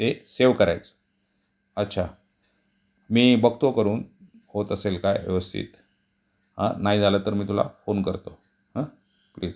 ते सेव करायचं अच्छा मी बघतो करून होत असेल काय व्यवस्थित हां नाही झालं तर मी तुला फोन करतो हां ओके